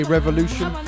Revolution